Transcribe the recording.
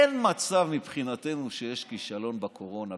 אין מצב מבחינתנו שיש כישלון בקורונה,